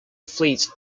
fleet